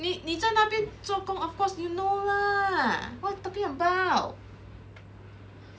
你你在那边做工 of course you know lah what you talking about